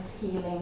healing